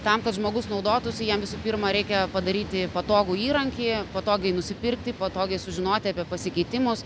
tam kad žmogus naudotųsi jiem visų pirma reikia padaryti patogų įrankį patogiai nusipirkti patogiai sužinoti apie pasikeitimus